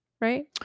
Right